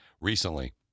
recently